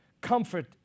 comfort